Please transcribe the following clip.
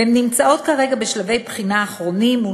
והן נמצאות כרגע בשלבי בחינה אחרונים מול